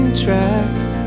tracks